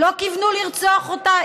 לא כיוונו לרצוח אותה?